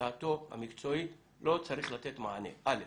בדעתו המקצועית לא צריך לתת מענה, א.